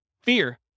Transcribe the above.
Fear